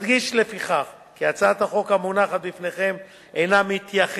אדגיש לפיכך כי הצעת החוק המונחת בפניכם אינה מתייחסת